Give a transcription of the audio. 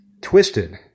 Twisted